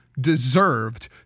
deserved